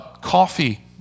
coffee